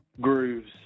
grooves